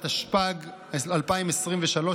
התשפ"ג 2023,